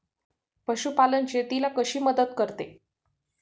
पशुपालन शेतीला कशी मदत करते?